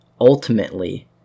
ultimately